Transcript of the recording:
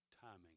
timing